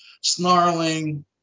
snarling